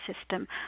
system